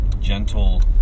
gentle